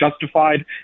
justified